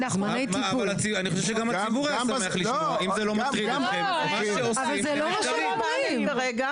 הערה אחת כללית לגבי מה שאתה אמרת,